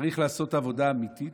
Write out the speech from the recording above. צריך לעשות עבודה אמיתית,